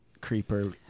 creeper